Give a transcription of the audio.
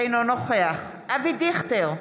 אינו נוכח אבי דיכטר,